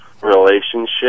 relationship